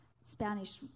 Spanish